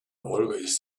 always